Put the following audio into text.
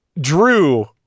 Drew